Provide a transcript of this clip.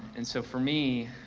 and so for me,